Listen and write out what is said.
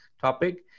topic